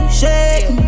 shake